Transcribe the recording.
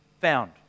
found